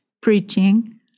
preaching